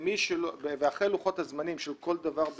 ואחרי לוחות הזמנים, כל דבר בעיתו,